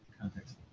context